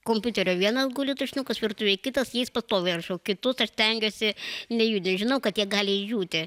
kompiuterio vienas guli tušinukas virtuvėj kitas jais pastoviai rašau kitus aš stengiuosi nejudint žinau kad jie gali išdžiūti